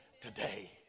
today